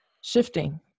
shifting